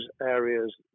areas